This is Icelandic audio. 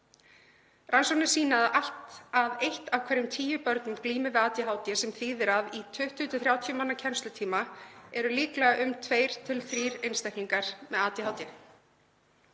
Rannsóknir sýna að allt að eitt af hverjum tíu börnum glímir við ADHD. Það þýðir að í 20–30 manna kennslustund eru líklega um 2–3 einstaklingar með ADHD.